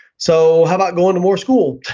so how about going to more school?